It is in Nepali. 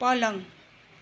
पलङ